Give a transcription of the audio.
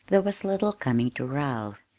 there was little coming to ralph.